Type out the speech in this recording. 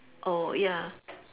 oh ya